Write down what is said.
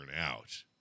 out